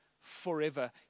forever